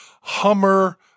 Hummer